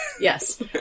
Yes